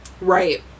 right